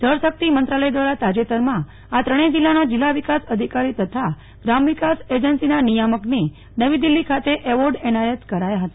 જળશક્તિ મંત્રાલય દ્વારા તાજેતરમાં આ ત્રણેય જિલ્લાના જિલ્લા વિકાસ અધિકારી તથા ગ્રામ વિકાસ અજન્સીના નિયામકને નવી દિલ્ફી ખાતે એવોર્ડ એનાયત કરાયા હતા